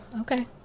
okay